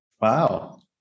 wow